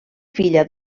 filla